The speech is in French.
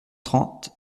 trente